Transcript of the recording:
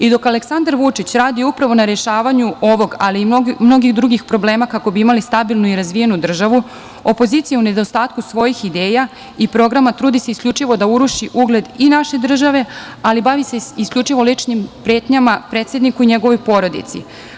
I dok Aleksandar Vučić radi upravo na rešavanju ovog, ali i mnogih drugih problema, kako bi imali stabilnu i razvijenu državu, opozicija, u nedostatku svojih ideja i programa, trudi se isključivo da uruši ugled i naše države, ali bavi se isključivo ličnim pretnjama predsedniku i njegovoj porodici.